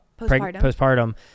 postpartum